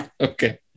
Okay